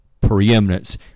preeminence